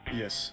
yes